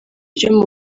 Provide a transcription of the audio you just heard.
ryo